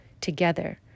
together